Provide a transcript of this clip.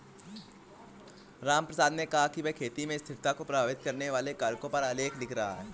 रामप्रसाद ने कहा कि वह खेती में स्थिरता को प्रभावित करने वाले कारकों पर आलेख लिख रहा है